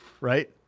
Right